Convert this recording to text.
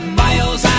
miles